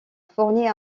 fournit